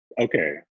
okay